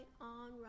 on